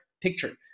picture